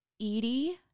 Edie